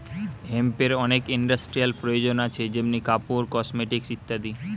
হেম্পের অনেক ইন্ডাস্ট্রিয়াল প্রয়োজন আছে যেমনি কাপড়, কসমেটিকস ইত্যাদি